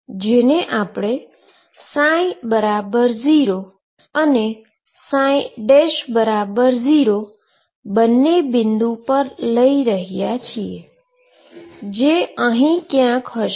જેને આપણે ψ0 અને ψ0 બંને બિંદુ પર લઈએ જે અહી ક્યાંક હશે